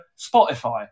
spotify